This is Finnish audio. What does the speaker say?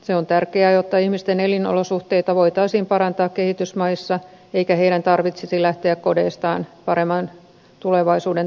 se on tärkeää jotta ihmisten elinolosuhteita voitaisiin parantaa kehitysmaissa eikä heidän tarvitsisi lähteä kodeistaan paremman tulevaisuuden toivossa